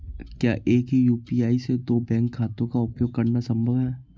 क्या एक ही यू.पी.आई से दो बैंक खातों का उपयोग करना संभव है?